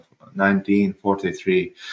1943